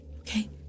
Okay